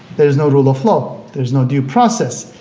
there is no rule of law, there's no due process,